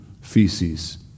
feces